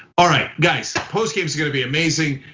all right, guys, post game is gonna be amazing.